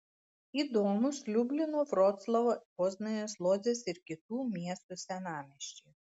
įdomūs liublino vroclavo poznanės lodzės ir kitų miestų senamiesčiai